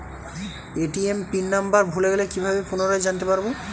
ATM PIN number ভুলে গেলে কি ভাবে পুনরায় জানতে পারবো?